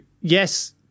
yes